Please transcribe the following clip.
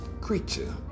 creature